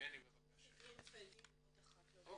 אחרי שפירטת בתחילת דבריך על כל הדיון שעשינו